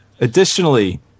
Additionally